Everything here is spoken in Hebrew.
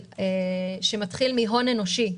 שמתחיל מהון אנושי,